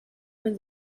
when